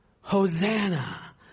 Hosanna